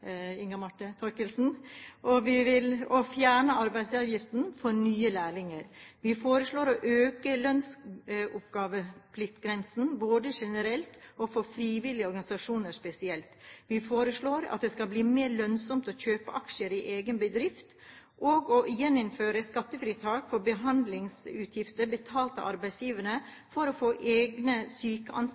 Vi vil også fjerne arbeidsgiveravgiften for nye lærlinger. Vi foreslår å øke lønnsoppgavepliktgrensene både generelt og for frivillige organisasjoner spesielt. Vi foreslår at det skal bli mer lønnsomt å kjøpe aksjer i egen bedrift, og vi foreslår å gjeninnføre skattefritak for behandlingsutgifter betalt av arbeidsgiverne for å få egne